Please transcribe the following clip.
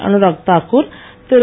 Anurag Thakur Thiru